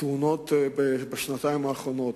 תאונות בשנתיים האחרונות.